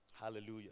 Hallelujah